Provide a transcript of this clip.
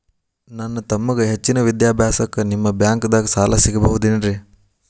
ನನ್ನ ತಮ್ಮಗ ಹೆಚ್ಚಿನ ವಿದ್ಯಾಭ್ಯಾಸಕ್ಕ ನಿಮ್ಮ ಬ್ಯಾಂಕ್ ದಾಗ ಸಾಲ ಸಿಗಬಹುದೇನ್ರಿ?